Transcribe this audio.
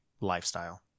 lifestyle